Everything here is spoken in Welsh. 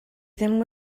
ddim